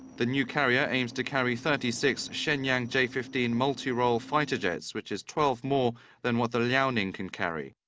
the new carrier aims to carry thirty six shenyang j fifteen multi-role fighter jets, which is twelve more than what the liaoning can carry.